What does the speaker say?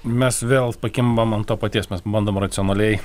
mes vėl pakimbam ant to paties mes bandom racionaliai